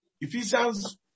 Ephesians